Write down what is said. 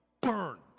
burned